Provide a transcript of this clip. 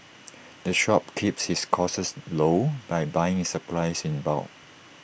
the shop keeps its costs low by buying its supplies in bulk